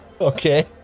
Okay